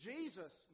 Jesus